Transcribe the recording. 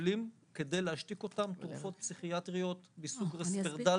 מקבלים כדי להשתיק אותם תרופות פסיכיאטריות מסוג ריספרדל